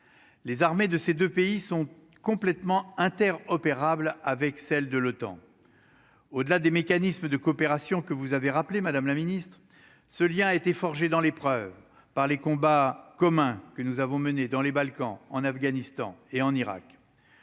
les armées de ces 2 pays sont complètement inter-opérable avec celle de l'OTAN, au-delà des mécanismes de coopération que vous avez rappelé : Madame la Ministre, ce lien a été forgé dans l'épreuve par les combats communs que nous avons menée dans les Balkans, en Afghanistan et en Irak,